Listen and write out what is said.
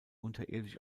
unterirdisch